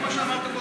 כל מה שאמרת קודם,